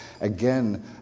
Again